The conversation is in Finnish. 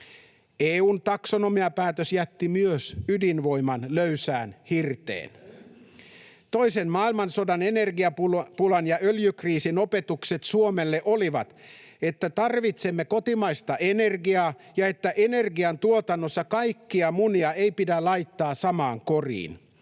EU:n taksonomiapäätös jätti myös ydinvoiman löysään hirteen. Toisen maailmansodan energiapulan ja öljykriisin opetukset Suomelle olivat, että tarvitsemme kotimaista energiaa ja että energiantuotannossa kaikkia munia ei pidä laittaa samaan koriin.